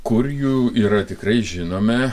kur jų yra tikrai žinome